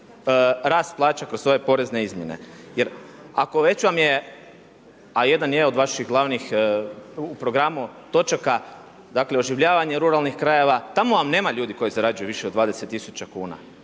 rast plaća kroz ove porezne izmjene. Jer ako već vam je, a jedan je od vaših glavnih u programu točaka, dakle oživljavanje ruralnih krajeva. Tako vam nema ljudi koji zarađuju više od 20 tisuća kuna.